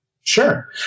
sure